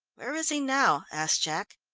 where is he now? asked jack.